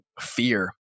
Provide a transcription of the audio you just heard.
fear